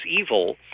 evil